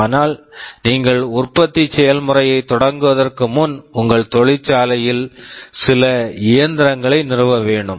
ஆனால் நீங்கள் உற்பத்தி செயல்முறையைத் தொடங்குவதற்கு முன் உங்கள் தொழிற்சாலையில் சில இயந்திரங்களை நிறுவ வேண்டும்